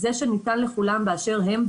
זה שניתן לכולם באשר הם,